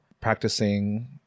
practicing